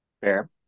Fair